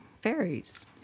fairies